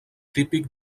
típic